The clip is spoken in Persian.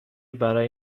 برای